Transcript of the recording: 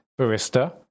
barista